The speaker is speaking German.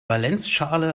valenzschale